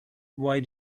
why